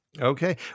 Okay